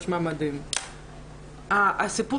בבקשה תחשבו איך אתם עושים תיקון לחוויה